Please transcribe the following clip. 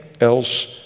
else